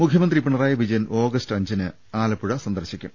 മുഖ്യമന്ത്രി പിണറായി വിജയൻ ഓഗസ്റ്റ് അഞ്ചിന് ആലപ്പുഴ സന്ദർശിക്കും